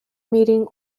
meeting